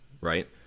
right